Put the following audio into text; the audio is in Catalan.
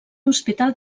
hospital